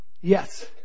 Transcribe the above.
Yes